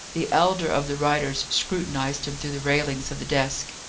the elder of the writers scrutinized him through the railings of the desk.